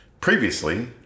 Previously